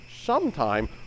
sometime